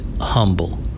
humble